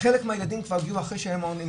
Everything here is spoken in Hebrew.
חלק מהילדים כבר יהיו אחרי שאין מעונים.